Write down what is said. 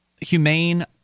Humane